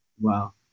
Wow